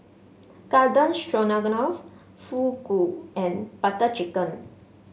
Garden Fugu and Butter Chicken